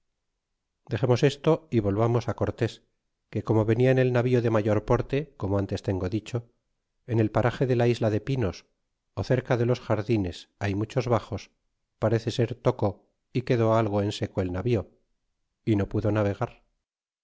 dexemos esto y volvamos cortés que como venia en el navío de mayor porte como ntes tengo dicho en el parage de la isla de pinos ó cerca de los arenes hay muchos haxos parece ser tocó y quedó algo en seno ei navío ó no pudo navegar